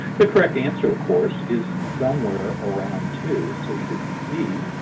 the correct answer, of course, is somewhere around two, so should be b.